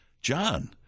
John